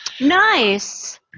nice